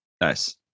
Nice